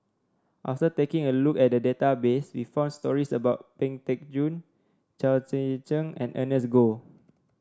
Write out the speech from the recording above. after taking a look at the database we found stories about Pang Teck Joon Chao Tzee Cheng and Ernest Goh